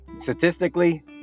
statistically